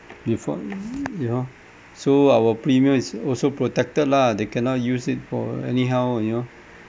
before you know so our premium is also protected lah they cannot use it for anyhow you know